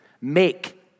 make